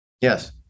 yes